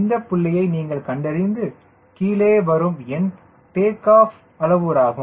இந்த புள்ளியை நீங்கள் கண்டறிந்து கீழே வந்தால் வரும் எண் டேக் ஆஃப் அளவுரு ஆகும்